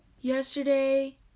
Yesterday